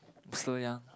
I'm still young